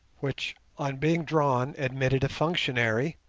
which, on being drawn, admitted a functionary,